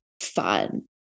fun